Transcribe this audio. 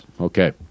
Okay